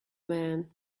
man